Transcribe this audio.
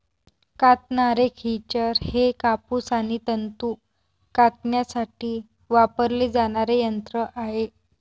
कातणारे खेचर हे कापूस आणि तंतू कातण्यासाठी वापरले जाणारे यंत्र आहे